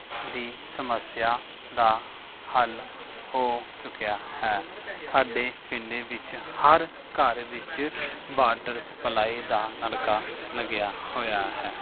ਦੀ ਸਮੱਸਿਆ ਦਾ ਹੱਲ ਹੋ ਚੁੱਕਿਆ ਹੈ ਸਾਡੇ ਪਿੰਡ ਵਿੱਚ ਹਰ ਘਰ ਵਿੱਚ ਵਾਟਰ ਸਪਲਾਈ ਦਾ ਨਲਕਾ ਲੱਗਿਆ ਹੋਇਆ ਹੈ